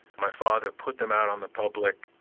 my father put them out on the public,